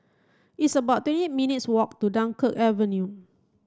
it's about twenty eight minutes' walk to Dunkirk Avenue